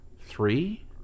three